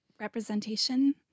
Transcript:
representation